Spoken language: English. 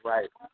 Right